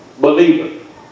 believer